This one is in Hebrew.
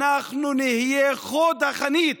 אנחנו נהיה חוד החנית